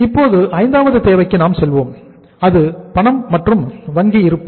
இப்போது ஐந்தாவது தேவைக்கு நாம் செல்வோம் அது பணம் மற்றும் வங்கி இருப்பு